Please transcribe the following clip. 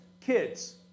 kids